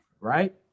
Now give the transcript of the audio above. right